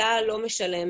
צה"ל לא משלם